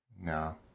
No